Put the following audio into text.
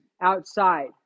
outside